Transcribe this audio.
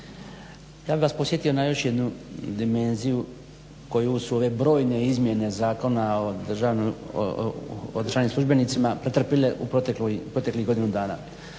Ja bih vas podsjetio na još jednu dimenziju koju su ove brojne izmjene Zakona o državnim službenicima pretrpile u proteklih godinu dana.